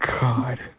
God